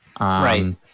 Right